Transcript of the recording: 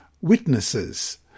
Witnesses